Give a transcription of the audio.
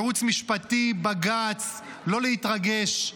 ייעוץ משפטי, בג"ץ, לא להתרגש.